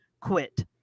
quit